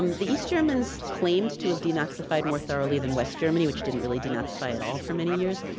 um the east germans claimed to have denazified more thoroughly than west germany, which didn't really denazify at all for many years.